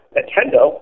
Nintendo